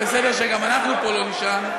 אז זה בסדר שגם אנחנו פה לא נישן.